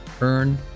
Earn